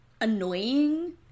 annoying